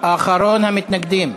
אחרון המתנגדים.